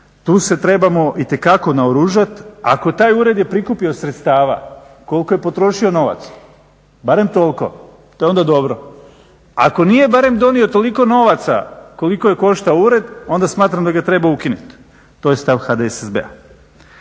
Tu se trebamo itekako naoružati ako je taj ured prikupio sredstava koliko je potrošio novaca barem toliko, to je onda dobro. Ako nije barem donio toliko novaca koliko je koštao ured, onda smatram da ga treba ukinuti. To je stav HDSSB-a.